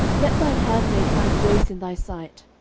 let thine handmaid find grace in thy sight.